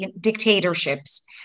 dictatorships